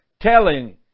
telling